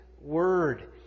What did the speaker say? Word